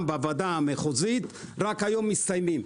בוועדה המחוזית ורק היום הם מסתיימים,